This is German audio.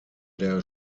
der